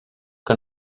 que